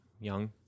young